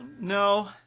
No